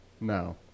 no